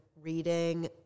reading